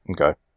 Okay